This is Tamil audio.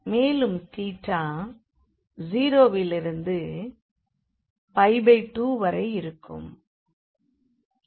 மேலும் தீட்டா 0 விலிருந்து 2வரை இருக்கும்